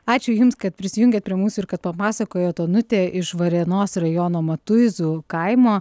ačiū jums kad prisijungėt prie mūsų ir kad papasakojot onutė iš varėnos rajono matuizų kaimo